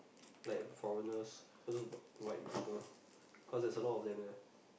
like foreigners like all those white people cause there's a lot of them there